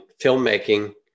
filmmaking